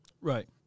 Right